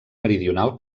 meridional